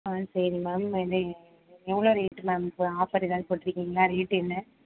ஆ சரி மேம் எந்த இ எவ்வளோ ரேட்டு மேம் இப்போ ஆஃபர் எதாவது போட்ருக்கிங்களா ரேட் என்ன